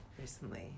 recently